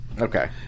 Okay